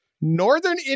Northern